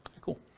Cool